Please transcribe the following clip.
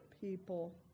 people